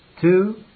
two